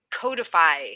codify